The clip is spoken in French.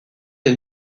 les